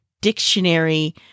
dictionary